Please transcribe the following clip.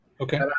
Okay